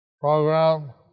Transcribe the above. program